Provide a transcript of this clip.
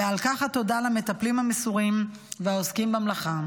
ועל כך התודה למטפלים המסורים והעוסקים במלאכה.